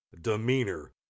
demeanor